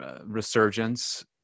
resurgence